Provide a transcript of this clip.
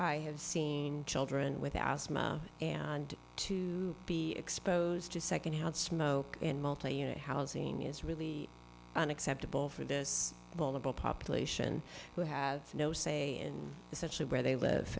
i have seen children with asthma and to be exposed to second hand smoke in multi unit housing is really an acceptable for this vulnerable population who have no say and essentially where they live